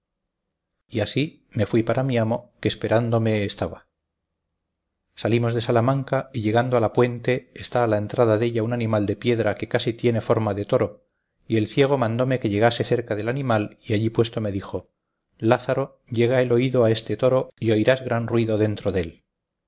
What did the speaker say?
y así me fui para mi amo que esperándome estaba salimos de salamanca y llegando a la puente está a la entrada della un animal de piedra que casi tiene forma de toro y el ciego mandóme que llegase cerca del animal y allí puesto me dijo lázaro llega el oído a este toro y oirás gran ruido dentro dél